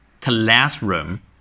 classroom